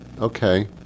okay